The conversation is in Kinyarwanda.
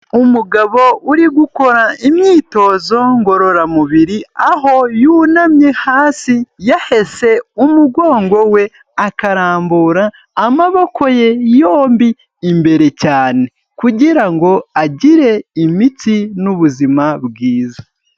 Umugabo uri gukora imyitozo ngororamubiri aho yunamye hasi yahese umugongo we akarambura amaboko ye yombi imbere cyane kugira ngo agire imitsi n'ubuzima bwiza.